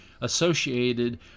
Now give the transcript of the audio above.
associated